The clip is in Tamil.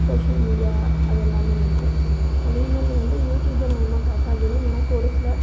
சோஷியல் மீடியா அதெல்லாமே இருக்கும் அதேமாதிரியே வந்து யூடியூப்ல நான் என்ன பார்ப்பேன் அப்படின்னா எனக்கு ஒரு சில